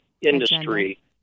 industry